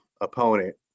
opponent